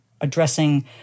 addressing